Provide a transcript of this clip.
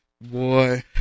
boy